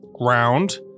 ground